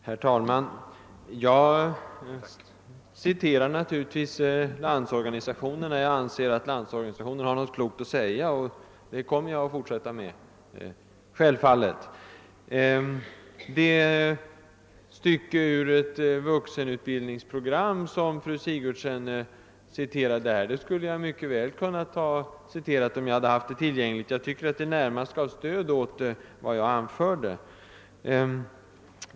Herr talman! Jag citerar naturligtvis Landsorganisationen när jag anser att den har sagt någonting klokt, och självfallet kommer jag att fortsätta med det. Det stycke ur ett vuxenutbildningsprogram som fru Sigurdsen citerade skulle jag själv mycket väl kunnat citera om jag hade haft det tillgängligt. Enligt min mening gav det närmast stöd åt vad jag anfört.